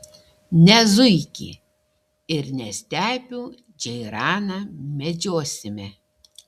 ne zuikį ir ne stepių džeiraną medžiosime